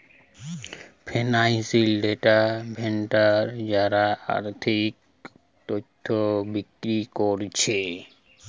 financial data vendor যারা আর্থিক তথ্য বিক্রি কোরছে